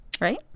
right